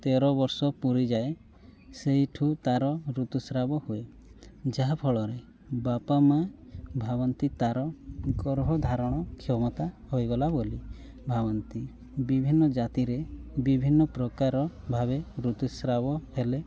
ତେରବର୍ଷ ପୂରିଯାଏ ସେଇଠୁ ତାର ଋତୁସ୍ରାବ ହୁଏ ଯାହାଫଳରେ ବାପା ମା' ଭାବନ୍ତି ତାର ଗର୍ଭ ଧାରଣ କ୍ଷମତା ହୋଇଗଲା ବୋଲି ଭାବନ୍ତି ବିଭିନ୍ନ ଜାତିରେ ବିଭିନ୍ନ ପ୍ରକାର ଭାବେ ଋତୁସ୍ରାବ ହେଲେ